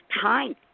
time